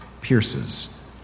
pierces